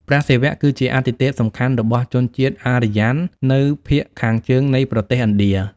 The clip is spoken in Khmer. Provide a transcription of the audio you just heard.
ព្រះសិវៈ គឺជាអាទិទេពសំខាន់របស់ជនជាតិអារ្យាងនៅភាគខាងជើងនៃប្រទេសឥណ្ឌា។